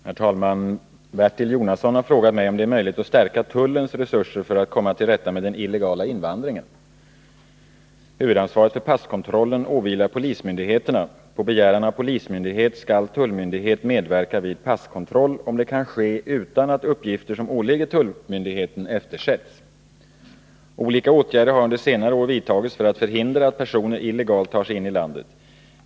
Herr talman! Bertil Jonasson har frågat mig om det är möjligt att stärka tullens resurser för att komma till rätta med den illegala invandringen. Huvudansvaret för passkontrollen åvilar polismyndigheterna. På begäran av polismyndighet skall tullmyndighet medverka vid passkontroll, om det kan ske utan att uppgifter som åligger tullmyndigheten eftersätts. Olika åtgärder har under senare år vidtagits för att förhindra att personer illegalt tar sig in i landet.